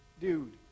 dude